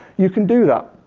you can do that.